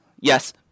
Yes